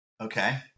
Okay